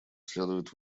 следует